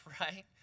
right